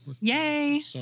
Yay